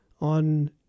on